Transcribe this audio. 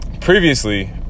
previously